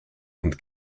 und